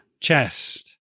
Chest